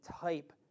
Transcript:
type